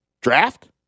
Draft